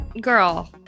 Girl